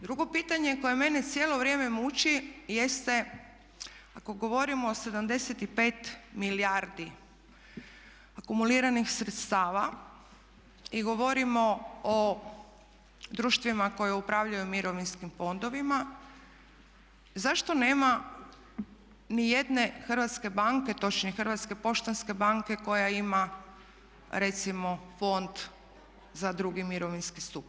Drugo pitanje koje mene cijelo vrijeme muči jeste ako govorimo o 75 milijardi akumuliranih sredstava i govorimo o društvima koje upravljaju mirovinskim fondovima zašto nema ni jedne hrvatske banke, točnije Hrvatske poštanske banke koja ima recimo fond za drugi mirovinski stup?